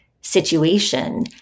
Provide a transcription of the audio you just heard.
situation